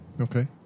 Okay